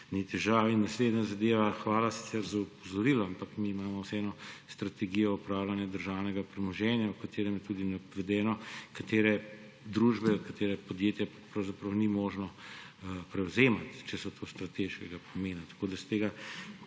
težave. In naslednja zadeva, hvala sicer za opozorilo, ampak mi imamo vseeno strategijo upravljanja državnega premoženja, v kateri je tudi navedeno, katerih družb, katerih podjetij pravzaprav ni možno prevzemati, če so strateškega pomena. S tega